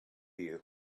you